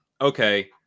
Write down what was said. okay